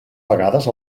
vegades